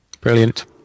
Brilliant